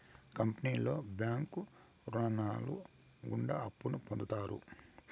కంపెనీలో బ్యాంకు రుణాలు గుండా అప్పును పొందుతారు